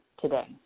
today